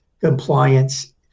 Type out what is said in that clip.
compliance